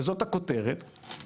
וזו הכותרת,